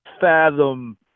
fathom